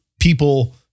people